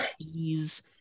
ease